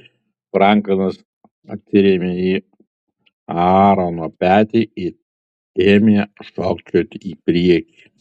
franklinas atsirėmė į aarono petį ir ėmė šokčioti į priekį